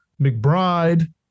McBride